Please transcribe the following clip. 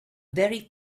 very